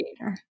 creator